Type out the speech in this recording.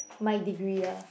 my degree ah